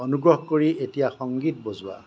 অনুগ্ৰহ কৰি এতিয়া সংগীত বজোৱা